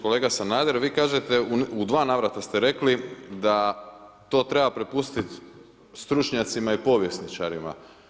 Kolega Sanader, vi kažete, u dva navrata ste rekli da to treba prepustit stručnjacima i povjesničarima.